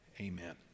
Amen